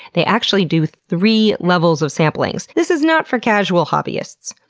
they actually do three levels of samplings. this is not for casual hobbyists.